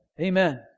Amen